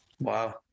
wow